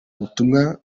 butumwa